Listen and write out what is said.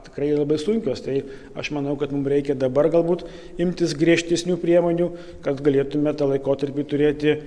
tikrai labai sunkios tai aš manau kad mum reikia dabar galbūt imtis griežtesnių priemonių kad galėtume tą laikotarpį turėti